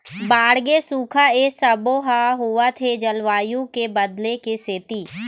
बाड़गे, सुखा ए सबो ह होवत हे जलवायु के बदले के सेती